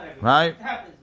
right